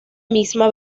misma